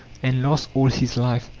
and lasts all his life.